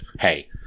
hey